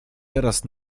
teraz